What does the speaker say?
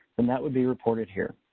then that would be reported here.